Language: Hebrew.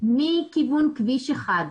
מכיוון כביש 1,